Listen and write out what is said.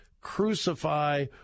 crucify